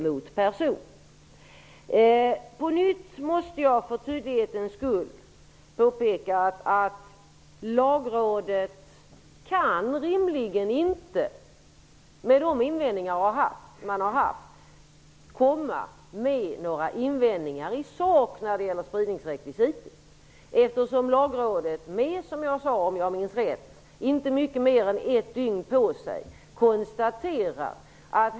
För tydlighets skull måste jag på nytt påpeka att Lagrådet rimligen inte kan komma med några invändningar i sak när det gäller spridningsrekvisitet. Som jag sade hade inte Lagrådet mer än ett dygn på sig, om jag minns rätt.